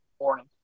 morning